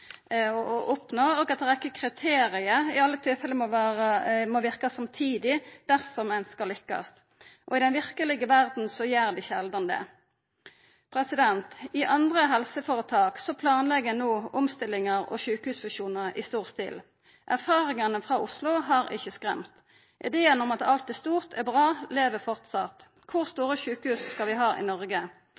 å oppnå, og at ei rekke kriterium i alle tilfelle må verka samtidig, dersom ein skal lykkast. Og i den verkelege verda gjer det sjeldan det. I andre helseføretak planlegg ein no omstillingar og sjukehusfusjonar i stor stil. Erfaringane frå Oslo har ikkje skremt. Ideen om at alt stort er bra, lever fortsatt. Kor store sjukehus skal vi ha i Noreg?